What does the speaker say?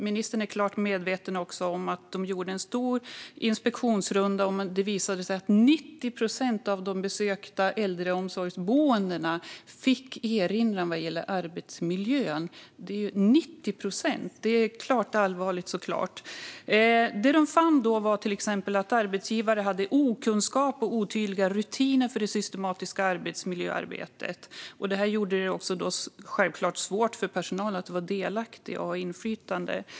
Ministern är såklart medveten om att man gjorde en stor inspektionsrunda och att 90 procent av de besökta äldreboendena fick erinran vad gäller arbetsmiljön. Det såklart allvarligt. Det man fann var att arbetsgivarna hade okunskap och otydliga rutiner för det systematiska arbetsmiljöarbetet, vilket givetvis gjorde det svårt för personalen att vara delaktig och ha inflytande.